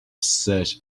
searched